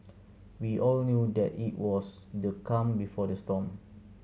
we all knew that it was the calm before the storm